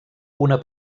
una